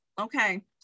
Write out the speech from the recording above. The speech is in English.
okay